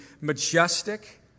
majestic